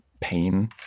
pain